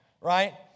right